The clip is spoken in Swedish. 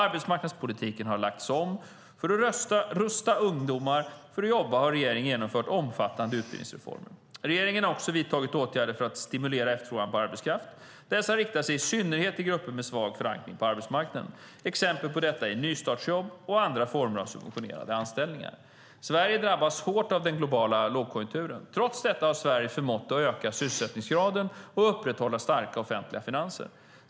Arbetsmarknadspolitiken har lagts om. För att rusta ungdomar för jobb har regeringen genomfört omfattande utbildningsreformer. Regeringen har också vidtagit åtgärder för att stimulera efterfrågan på arbetskraft. Dessa riktar sig i synnerhet till grupper med svag förankring på arbetsmarknaden. Exempel på detta är nystartsjobb och andra former av subventionerade anställningar. Sverige drabbades hårt av den globala lågkonjunkturen. Trots detta har Sverige förmått öka sysselsättningsgraden och upprätthålla starka offentliga finanser.